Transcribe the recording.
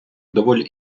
доволі